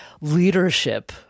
leadership